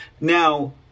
Now